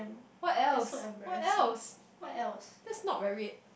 what else what else that's not very